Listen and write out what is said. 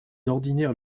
ordinaires